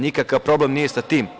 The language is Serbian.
Nikakav problem nije sa tim.